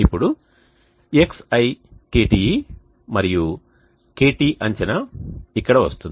ఇప్పుడు xiKTe మరియు KT అంచనా ఇక్కడ వస్తుంది